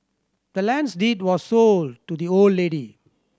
the land's deed was sold to the old lady